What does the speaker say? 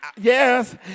yes